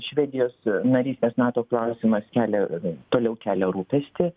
švedijos narystės nato klausimas kelia toliau kelia rūpestį